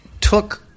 took –